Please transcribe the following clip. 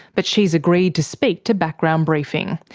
but she's agreed to speak to background briefing.